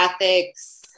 ethics